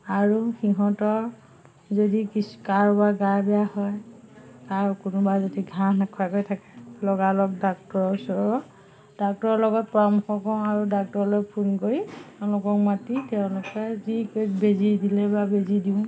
আৰু সিহঁতৰ যদি কিছু কাৰোবাৰ গা বেয়া হয় আৰু কোনোবা যদি ঘাঁহ নোখোৱাকৈ থাকে লগালগ ডাক্টৰৰ ওচৰত ডাক্টৰৰ লগত পৰামৰ্শ কৰোঁ আৰু ডাক্টৰলৈ ফোন কৰি তেওঁলোকক মাতি তেওঁলোকে যি বেজী দিলে বা বেজী দিওঁ